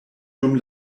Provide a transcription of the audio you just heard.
dum